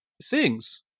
sings